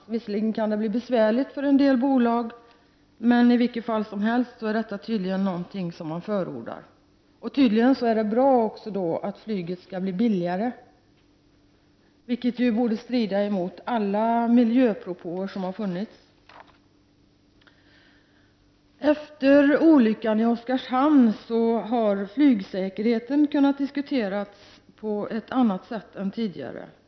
Visserligen kan det bli besvärligt för en del bolag, men detta är i vilket fall som helst någonting som man tydligen förordar. Uppenbarligen är det också bra att flyget skall bli billigare, vilket ju borde strida emot alla miljöpropåer som har funnits. Efter olyckan i Oskarshamn har flygsäkerheten kunnat diskuteras på ett annat sätt än tidigare.